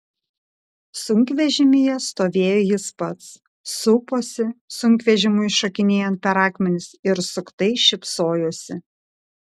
sunkvežimyje stovėjo jis pats suposi sunkvežimiui šokinėjant per akmenis ir suktai šypsojosi